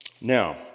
Now